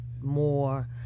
more